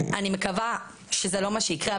אני מקווה שזה לא מה שיקרה,